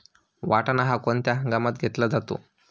वाटाणा हा कोणत्या हंगामात घेतला जातो?